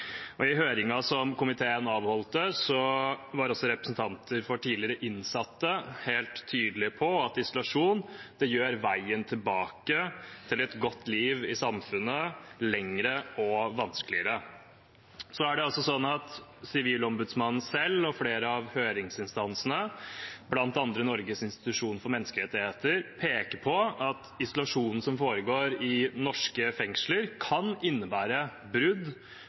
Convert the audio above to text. I høringen som komiteen avholdt, var også representanter for tidligere innsatte helt tydelige på at isolasjon gjør veien tilbake til et godt liv i samfunnet lenger og vanskeligere. Sivilombudsmannen selv og flere av høringsinstansene, bl.a. Norges institusjon for menneskerettigheter, peker på at isolasjonen som foregår i norske fengsler, kan innebære brudd